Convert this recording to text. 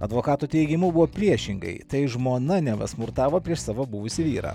advokatų teigimu buvo priešingai tai žmona neva smurtavo prieš savo buvusį vyrą